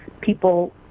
people